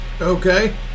okay